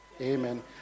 Amen